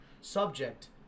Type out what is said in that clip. subject